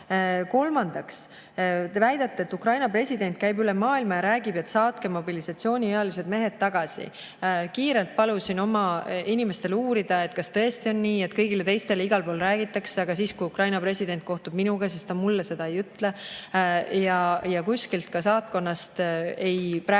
toonud. Kolmandaks, te väidate, et Ukraina president käib üle maailma ja räägib, et saatke mobilisatsiooniealised mehed tagasi. Kiirelt palusin oma inimestel uurida, kas tõesti on nii, et kõigile teistele igal pool räägitakse, aga siis, kui Ukraina president kohtub minuga, siis ta mulle seda ei ütle. Ja kuskilt, ka saatkonnast praegu